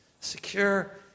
secure